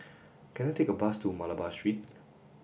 can I take a bus to Malabar Street